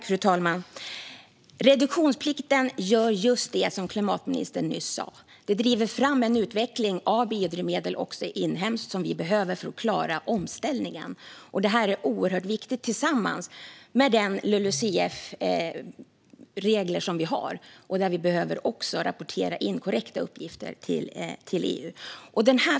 Fru talman! Reduktionsplikten gör just det som klimatministern nyss sa, nämligen driver en utveckling av biodrivmedel också inhemskt som vi behöver för att klara omställningen. Det är oerhört viktigt, tillsammans med de LULUCF-regler som finns och där vi behöver rapportera in korrekta uppgifter till EU.